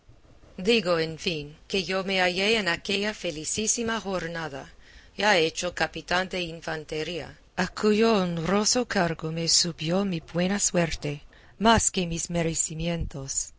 digo en fin que yo me hallé en aquella felicísima jornada ya hecho capitán de infantería a cuyo honroso cargo me subió mi buena suerte más que mis merecimientos